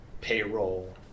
payroll